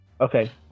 Okay